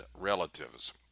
relatives